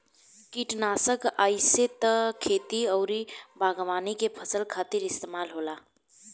किटनासक आइसे त खेती अउरी बागवानी के फसल खातिर इस्तेमाल होला